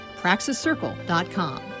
PraxisCircle.com